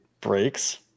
breaks